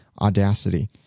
Audacity